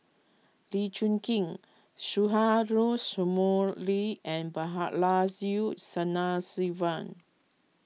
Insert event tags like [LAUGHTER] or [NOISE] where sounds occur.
Lee Choon keen [UNINTELLIGIBLE] Sumari and Balaji Sadasivan